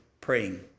praying